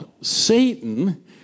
Satan